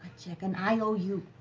check? an iou.